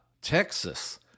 Texas